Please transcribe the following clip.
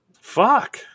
fuck